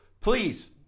Please